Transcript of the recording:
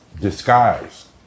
disguised